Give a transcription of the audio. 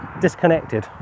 disconnected